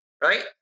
right